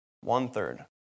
One-third